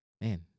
Man